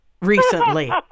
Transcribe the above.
recently